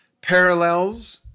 parallels